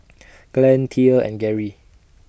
Glenn Thea and Gerry